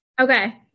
okay